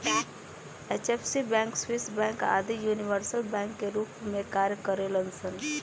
HFC bank, Swiss bank आदि universal bank के रूप में कार्य करेलन सन